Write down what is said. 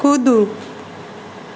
कूदू